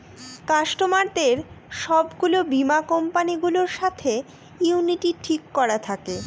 কাস্টমারদের সব গুলো বীমা কোম্পানি গুলোর সাথে ইউনিটি ঠিক করা থাকে